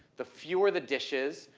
the fewer the dishes,